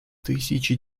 тысячи